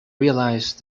realized